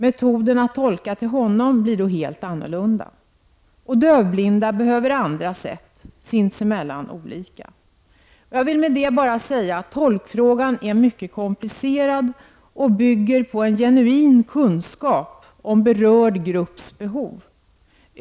Metoden att tolka till honom blir då helt annorlunda. Dövblinda behöver andra tolksätt, som är sinsemellan olika. Jag vill med detta bara säga att tolkfrågan är mycket komplicerad och bygger på en genuin kunskap om berörd grupps behov.